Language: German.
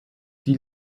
die